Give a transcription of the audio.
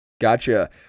Gotcha